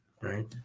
Right